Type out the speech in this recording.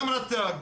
גם רט"ג,